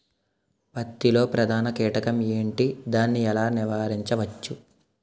పత్తి లో ప్రధాన కీటకం ఎంటి? దాని ఎలా నీవారించచ్చు?